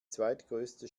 zweitgrößte